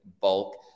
bulk